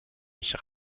mich